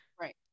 right